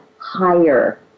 higher